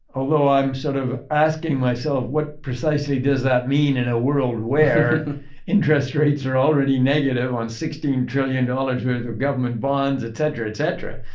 although i'm sort of asking myself what precisely does that mean in a world where interest rates are already negative on sixteen trillion dollars worth of government bonds, et cetera, et cetera,